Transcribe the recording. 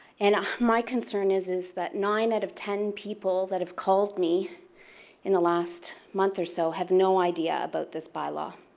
and my concern is is that nine out of ten people that have called me in the last month or so have no idea about this by law.